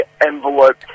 envelope